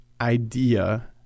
idea